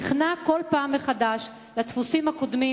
נכנע בכל פעם מחדש לדפוסים הקודמים,